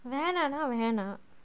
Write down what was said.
வேணாம்னாவேணாம்:venamna venam